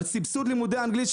על סבסוד לימודי האנגלית,